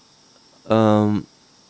um